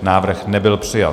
Návrh nebyl přijat.